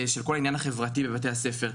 בכל העניין החברתי בבתי הספר.